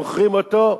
מוכרים אותו,